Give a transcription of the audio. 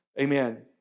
Amen